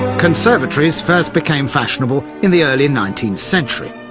conservatory's first became fashionable in the early nineteenth century.